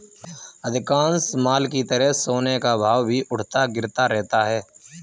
अधिकांश माल की तरह सोने का भाव भी उठता गिरता रहता है